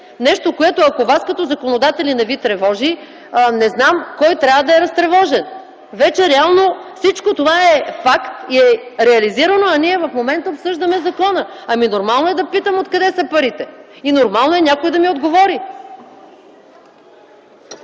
нещо, което ако вас, като законодатели не ви тревожи, не знам кой трябва да е разтревожен. Вече реално всичко това е факт и е реализирано, а ние в момента обсъждаме закона. Нормално е да питам откъде са парите и е нормално някой да ми отговори.